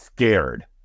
scared